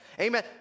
Amen